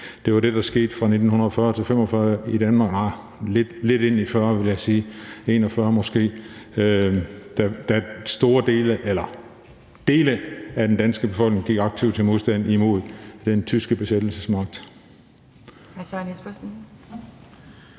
Det var det, der skete fra 1940-1945 i Danmark – nja, et stykke inde i 1940, måske i 1941, vil jeg sige – da dele af den danske befolkning gik aktivt til modstand mod den tyske besættelsesmagt.